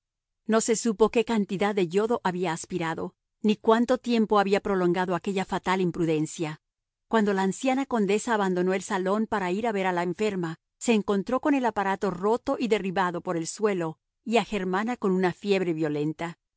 no se supo qué cantidad de yodo había aspirado ni cuánto tiempo había prolongado aquella fatal imprudencia cuando la anciana condesa abandonó el salón para ir a ver a la enferma se encontró con el aparato roto y derribado por el suelo y a germana con una fiebre violenta